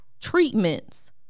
treatments